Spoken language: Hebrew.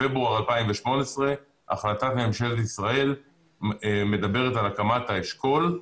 בפברואר 2018 החלטת ממשלת ישראל מדברת על הקמת האשכול.